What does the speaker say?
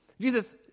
Jesus